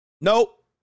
Nope